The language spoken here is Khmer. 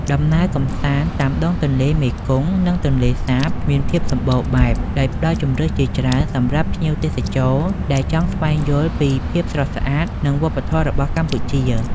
ដំណើរកម្សាន្តតាមដងទន្លេមេគង្គ និងទន្លេសាប មានភាពសម្បូរបែប ដោយផ្តល់ជម្រើសជាច្រើនសម្រាប់ភ្ញៀវទេសចរ ដែលចង់ស្វែងយល់ពីភាពស្រស់ស្អាត និងវប្បធម៌របស់កម្ពុជា។